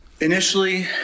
Initially